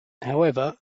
however